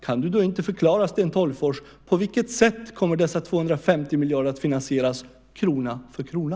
Kan du då inte förklara, Sten Tolgfors, på vilket sätt dessa 250 miljarder kommer att finansieras krona för krona?